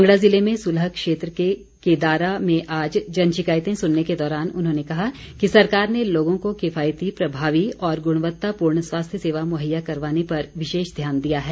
कांगड़ा ज़िले में सुलह क्षेत्र के केदारा में आज जन शिकायतें सुनने के दौरान उन्होंने कहा कि सरकार ने लोगों को किफायती प्रभावी और गुणवत्तापूर्ण स्वास्थ्य सेवा मुहैया करवाने पर विशेष ध्यान दिया है